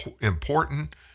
important